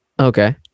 Okay